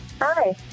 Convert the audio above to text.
Hi